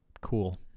cool